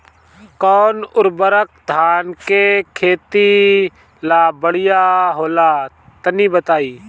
कौन उर्वरक धान के खेती ला बढ़िया होला तनी बताई?